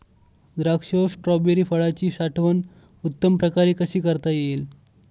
द्राक्ष व स्ट्रॉबेरी फळाची साठवण उत्तम प्रकारे कशी करता येईल?